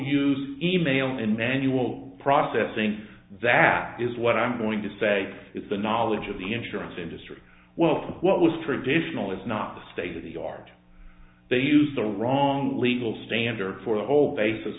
use e mail in manual processing that is what i'm going to say is the knowledge of the insurance industry well what was traditional is not state of the art they used the wrong legal standard for the whole basis